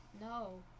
No